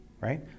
right